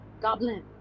Goblin